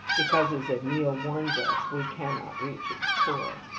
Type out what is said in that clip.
because, as amiel warns us, we cannot reach its core.